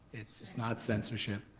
it's it's not censorship.